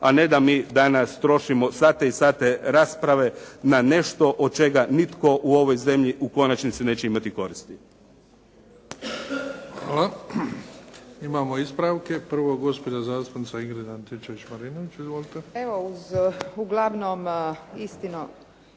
a ne da mi danas trošimo sate i sate rasprave na nešto od čega nitko u ovoj zemlji u konačnici neće imati koristi. **Bebić, Luka (HDZ)** Hvala. Imamo ispravke. Prvo gospođa zastupnica Ingrid Antičević-Marinović. Izvolite. **Antičević Marinović,